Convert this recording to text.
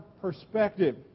perspective